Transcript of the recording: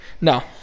No